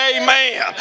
Amen